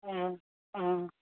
অঁ অঁ